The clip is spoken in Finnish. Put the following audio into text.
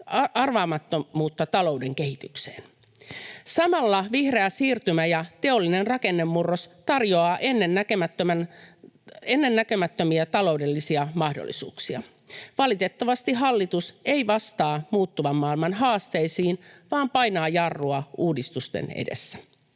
arvaamattomuutta talouden kehitykseen. Samalla vihreä siirtymä ja teollinen rakennemurros tarjoavat ennennäkemättömiä taloudellisia mahdollisuuksia. Valitettavasti hallitus ei vastaa muuttuvan maailman haasteisiin vaan painaa jarrua uudistusten edessä.